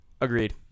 Agreed